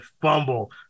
fumble